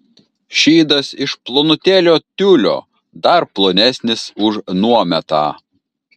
šydas iš plonutėlio tiulio dar plonesnis už nuometą